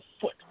foot